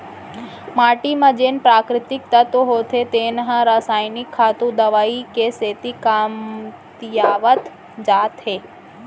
माटी म जेन प्राकृतिक तत्व होथे तेन ह रसायनिक खातू, दवई के सेती कमतियावत जात हे